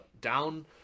down